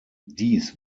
dies